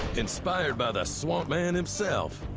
inspired by the swamp man himself,